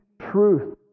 truth